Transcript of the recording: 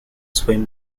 swim